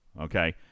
Okay